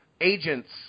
agents